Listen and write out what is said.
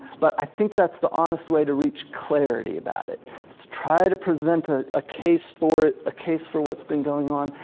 but i think that's the honest way to reach clarity about it, is to try to present ah a case for it, a case for what's been going on,